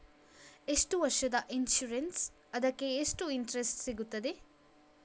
ಎಷ್ಟು ವರ್ಷದ ಇನ್ಸೂರೆನ್ಸ್ ಅದಕ್ಕೆ ಎಷ್ಟು ಇಂಟ್ರೆಸ್ಟ್ ಸಿಗುತ್ತದೆ?